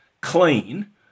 clean